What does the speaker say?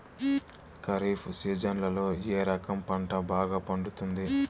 ఖరీఫ్ సీజన్లలో ఏ రకం పంట బాగా పండుతుంది